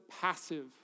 passive